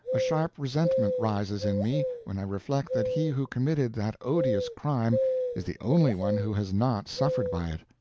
a sharp resentment rises in me when i reflect that he who committed that odious crime is the only one who has not suffered by it.